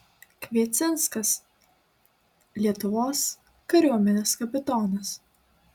kviecinskas lietuvos kariuomenės kapitonas